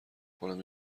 کنم